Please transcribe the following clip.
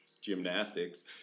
gymnastics